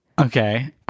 Okay